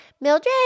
Mildred